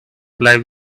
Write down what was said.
life